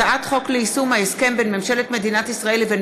הצעת חוק ליישום ההסכם בין ממשלת מדינת ישראל לבין